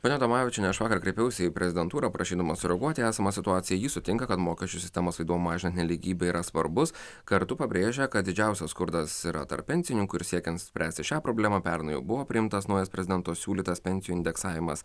pone adomavičiene aš vakar kreipiausi į prezidentūrą prašydamas sureaguoti į esamą situaciją jis sutinka kad mokesčių sistemos ydom mažinti nelygybę yra svarbus kartu pabrėžia kad didžiausias skurdas yra tarp pensininkų ir siekiant spręsti šią problemą pernai buvo priimtas naujas prezidento siūlytas pensijų indeksavimas